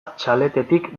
txaletetik